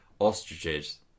ostriches